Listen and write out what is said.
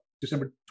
December